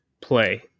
play